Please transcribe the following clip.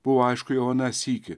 buvo aišku jau aną sykį